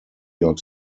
york